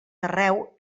arreu